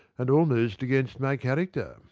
and almost against my character!